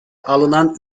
alınan